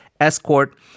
escort